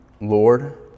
Lord